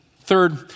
Third